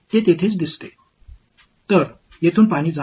எனவேஇங்கிருக்கும் நீர் வெளியேற உள்ளது